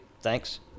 Thanks